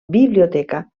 biblioteca